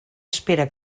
espera